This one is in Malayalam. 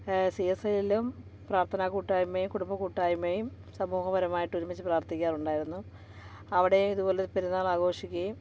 സി എസ് ഐ യിലും പ്രാർത്ഥനാക്കൂട്ടായ്മേം കുടുംബ കൂട്ടായ്മേം സമൂഹപരമായിട്ട് ഒരുമിച്ച് പ്രാർത്ഥിക്കാറുണ്ടായിരുന്നു അവിടെയും ഇതുപോലെ പെരുന്നാളാഘോഷിക്കുകയും